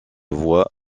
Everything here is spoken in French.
voie